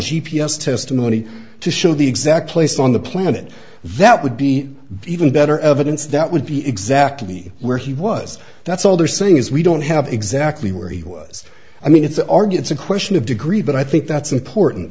s testimony to show the exact place on the planet that would be even better evidence that would be exactly where he was that's all they're saying is we don't have exactly where he was i mean it's argue it's a question of degree but i think that's important